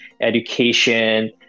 education